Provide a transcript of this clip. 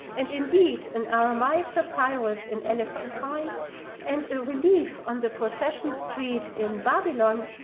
and indeed, an aramaic papyrus in elephantine and a relief on the procession street in babylon,